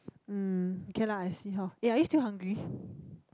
mm okay lah I see how eh